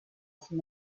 from